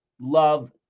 love